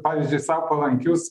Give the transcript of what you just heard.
pavyzdžiui sau palankius